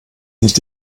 nicht